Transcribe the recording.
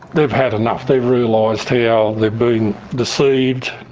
they've had enough. they've realised how yeah they've been deceived,